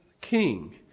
king